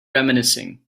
reminiscing